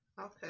Okay